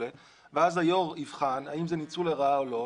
ואז היו"ר יבחן האם זה ניצול לרעה או לא.